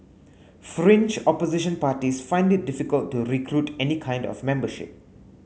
Fringe Opposition parties find it difficult to recruit any kind of membership